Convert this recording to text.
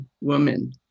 woman